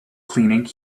cleaning